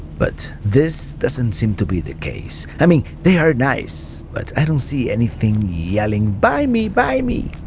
but this doesn't seem to be the case. i mean they are nice, but i don't see anything yelling buy me, buy me.